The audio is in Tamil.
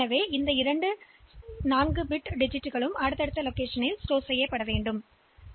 எனவே இதுபோன்ற 2 இலக்கங்களை ஒரு இடத்தில் வைக்கலாம் அதனால்தான் இது பேக் செய்யப்பட்ட எண் என்று அழைக்கப்படுகிறது